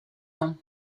ans